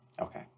Okay